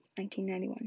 1991